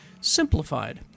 simplified